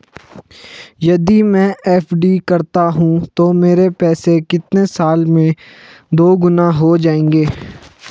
यदि मैं एफ.डी करता हूँ तो मेरे पैसे कितने साल में दोगुना हो जाएँगे?